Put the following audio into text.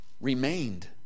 remained